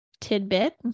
tidbit